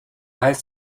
heißt